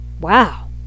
Wow